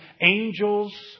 angels